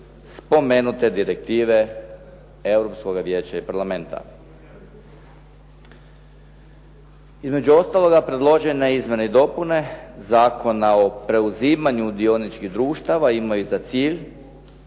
spomenute direktive Europskoga vijeća i Parlamenta. Između ostaloga, predložene izmjene i dopune Zakona o preuzimanju dioničkih društava imaju za cilj